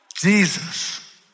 Jesus